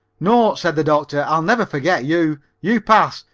no, said the doctor, i'll never forget you. you pass.